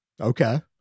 Okay